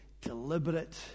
deliberate